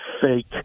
fake